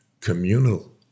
communal